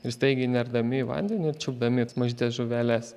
ir staigiai nerdami į vandenį ir čiupdami mažytes žuveles